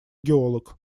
геолог